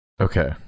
Okay